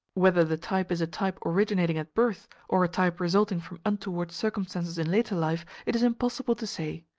whether the type is a type originating at birth, or a type resulting from untoward circumstances in later life, it is impossible to say.